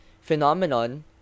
phenomenon